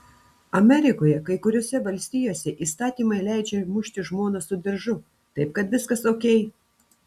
amerikoje kai kuriose valstijose įstatymai leidžia mušti žmoną su diržu taip kad viskas okei